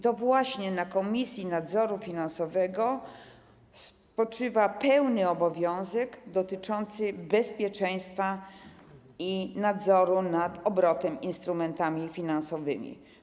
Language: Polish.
To właśnie na Komisji Nadzoru Finansowego spoczywa pełny obowiązek dotyczący bezpieczeństwa i nadzoru nad obrotem instrumentami finansowymi.